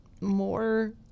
more